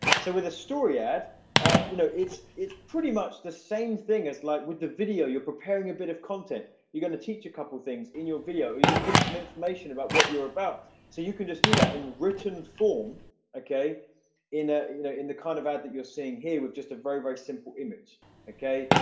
so with a story yet you know it's it's pretty much the same thing as like with the video you're preparing a bit of content you're going to teach a couple things in your video you're going to give them some information about what you're about so you can just do that in written form okay in a you know in the kind of ad that you're seeing here with just a very very simple image okay,